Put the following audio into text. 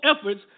efforts